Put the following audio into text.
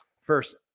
first